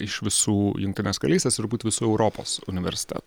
iš visų jungtinės karalystės ir turbūt visų europos universitetų